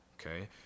Okay